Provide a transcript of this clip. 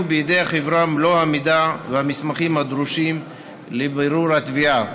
בידי החברה מלוא המידע והמסמכים הדרושים לבירור התביעה.